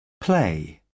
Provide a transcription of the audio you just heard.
play